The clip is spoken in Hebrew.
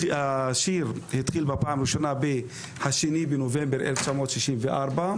השיר הושר בפעם הראשונה ב-2 בנובמבר ב-1964.